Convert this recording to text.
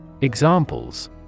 Examples